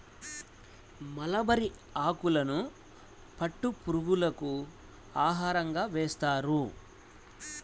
mulberry ఆకులను పట్టు పురుగులకు ఆహారంగా వేస్తారు